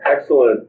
Excellent